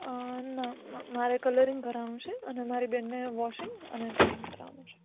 ના ના મારે કલરીંગ કરાવવાનું છે અને મારી બેનને વોશિંગ અને કટિંગ કરાવવાનું છે